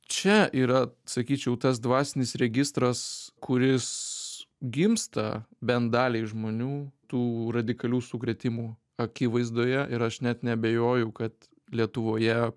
čia yra sakyčiau tas dvasinis registras kuris gimsta bent daliai žmonių tų radikalių sukrėtimų akivaizdoje ir aš net neabejoju kad lietuvoje